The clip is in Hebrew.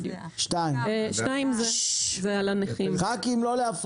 הנושא השני הוא הנכים.